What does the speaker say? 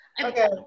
okay